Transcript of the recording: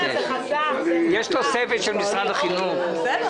יש תוספת של משרד החינוך.